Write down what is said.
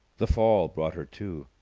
the fall brought her to.